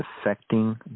affecting